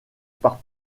par